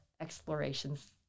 explorations